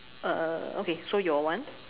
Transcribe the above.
err okay so your one